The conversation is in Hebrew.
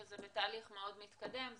שזה בתהליך מאוד מתקדם,